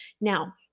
Now